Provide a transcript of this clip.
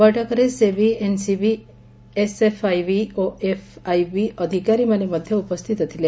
ବୈଠକରେ 'SEBI' NCB SFIB FIB ଅଧିକାରୀମାନେ ମଧ୍ଧ ଉପସ୍ଥିତ ଥିଲେ